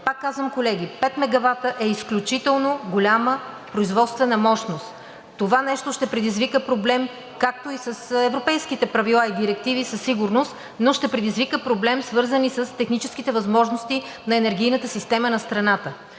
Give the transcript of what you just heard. Пак казвам, колеги, 5 мегавата е изключително голяма производствена мощност. Това нещо ще предизвика проблем, както и с европейските правила и директиви, но ще предизвика проблем, свързан и с техническите възможности на енергийната система на страната,